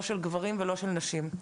גברים או נשים.